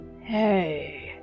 Hey